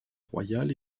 royal